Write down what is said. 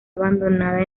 abandonada